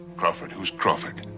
crawford? who's crawford?